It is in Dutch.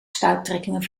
stuiptrekkingen